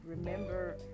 Remember